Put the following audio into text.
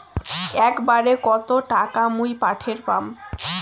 একবারে কত টাকা মুই পাঠের পাম?